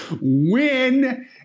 win